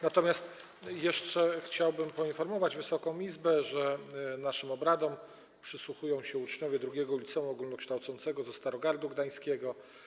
Natomiast chciałbym poinformować Wysoką Izbę, że naszym obradom przysłuchują się uczniowie II Liceum Ogólnokształcącego ze Starogardu Gdańskiego.